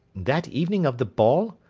that evening of the ball?